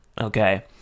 okay